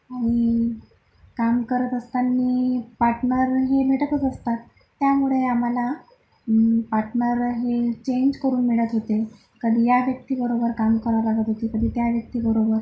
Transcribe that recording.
आणि काम करत असतानी पाटनर हे भेटतच असतात त्यामुळे आम्हाला पाटनर हे चेंज करून मिळत होते कधी या व्यक्तीबरोबर काम करावं लागत होती कधी त्या व्यक्तीबरोबर